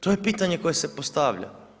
To je pitanje koje se postavlja.